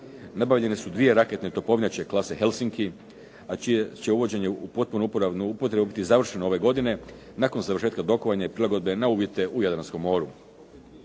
Nabavljene su dvije raketne topovnjače klase helsinki a čije će uvođenje u potpunu uporabnu upotrebu biti završeno ove godine nakon završetka …/Govornik se ne razumije./… i prilagodbe na uvjete u Jadranskom moru.